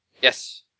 Yes